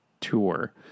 tour